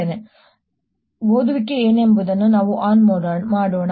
ಆದ್ದರಿಂದ ಓದುವಿಕೆ ಏನೆಂಬುದನ್ನು ನಾವು ಆನ್ ಮಾಡೋಣ